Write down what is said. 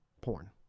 porn